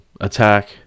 attack